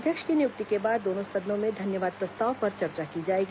अध्यक्ष की नियुक्ति के बाद दोनों सदनों में धन्यवाद प्रस्ताव पर चर्चा की जाएगी